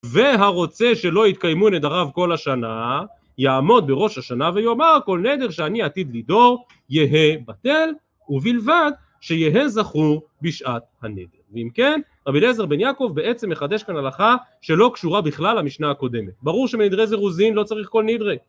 והרוצה שלא יתקיימו נדריו כל השנה, יעמוד בראש השנה ויאמר כל נדר שאני עתיד לדור יהי בטל, ובלבד שיהי זכרור בשעת הנדר. ואם כן רבי אליעזר בן יעקב, בעצם, מחדש כאן הלכה שלא קשורה בכלל למשנה הקודמת. ברור שמנדרי זירוזין, לא צריך כל נדרי.